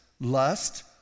lust